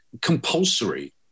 compulsory